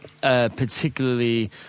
particularly